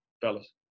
fellas